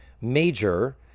major